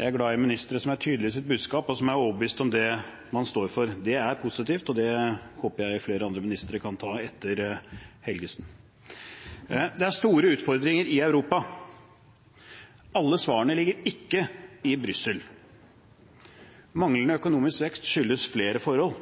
Jeg er glad i ministre som er tydelige i sitt budskap, og som er overbevist om det man står for. Det er positivt, og der håper jeg flere andre ministre kan ta etter Helgesen. Det er store utfordringer i Europa. Alle svarene ligger ikke i Brussel. Manglende økonomisk vekst skyldes flere forhold,